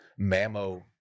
mammo-